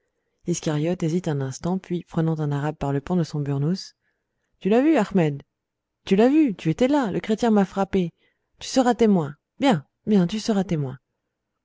iscariote hésite un instant puis prenant un arabe par le pan de son beurnouss tu l'as vu achmed tu l'as vu tu étais là le chrétien m'a frappé tu seras témoin bien bien tu seras témoin